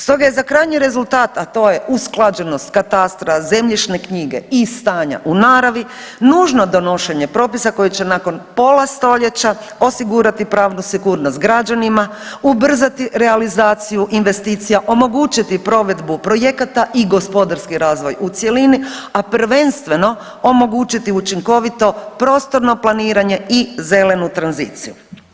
Stoga je za krajnji rezultat, a to je usklađenost katastra, zemljišne knjige i stanja u naravi, nužno donošenje propisa koje će nakon pola stoljeća osigurati pravnu sigurnost građanima, ubrzati realizaciju investicija, omogućiti provedbu projekata i gospodarski razvoj u cjelini, a prvenstveno omogućiti učinkovito prostorno planiranje i zelenu tranziciju.